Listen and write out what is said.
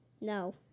No